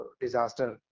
disaster